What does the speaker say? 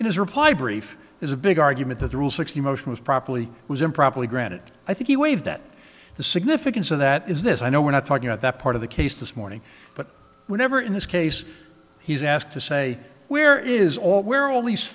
his reply brief is a big argument that the rule sixty motion was properly was improperly granted i think he waived that the significance of that is this i know we're not talking about that part of the case this morning but whenever in this case he's asked to say where is all where all these